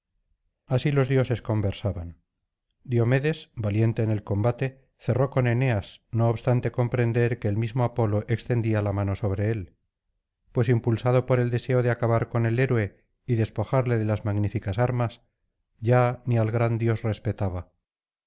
así los dioses conversaban diomedes valiente en el combate cerró con eneas no obstante comprender que el mismo apolo extendía la mano sobre él pues impulsado por el deseo de acabar con el héroe y despojarle de las magníficas armas ya ni al gran dios respetaba